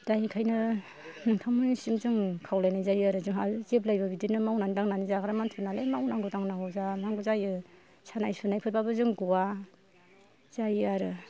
दा बेखायनो नोंथांमोननिसिम जों खावलायनाय जायो आरो जोंहा जेब्लायबो बिदिनो मावनानै दांनानै जाग्रा मानसि नालाय मावनांगौ दांनांगौ जानांगौ जायो सानाय सुनायफोरबाबो जों गवा जायो आरो